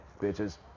bitches